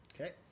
Okay